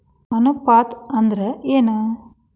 ಅನುಪಾತ ಅಂದ್ರ ಏನ್?